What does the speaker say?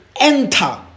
enter